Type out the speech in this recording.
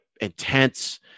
intense